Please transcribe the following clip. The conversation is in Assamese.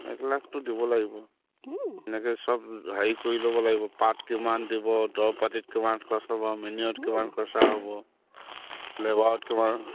এক লাখটো দিব লাগিব এনেকে চব হেৰি কৰি ল'ব লাগিব পাত কিমান দিব দৰৱ পাতিত কিমান খৰচ হ'ব মিনিয়ৰত কিমান খৰচা হ'ব লেবাৰত কিমান